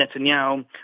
Netanyahu